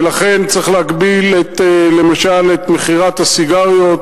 ולכן צריך להגביל למשל את מכירת הסיגריות,